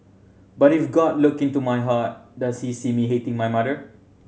but if God look into my heart does he see me hating my mother